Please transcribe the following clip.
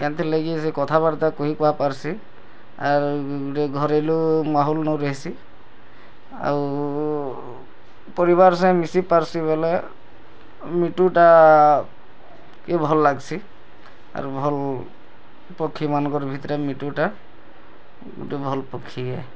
କେମିତି ଲାଗି ସେ କଥାବାର୍ତ୍ତା କହି କୁଆ ପାରୁସି ଆରୁ ଗୋଟେ ଘରେଲୁ ମାହୋଲ୍ନୁ ରେହେସି ଆଉ ପରିବାର୍ ସାଙ୍ଗେ ମିଶି ପାରୁସି ବୋଲେ ମିଟୁଟା କି ଭଲ୍ ଲାଗ୍ସି ଆରୁ ଭଲ୍ ପକ୍ଷୀମାନଙ୍କର ଭିତରେ ମିଟୁଟା ଗୋଟେ ଭଲ୍ ପକ୍ଷୀ ହେ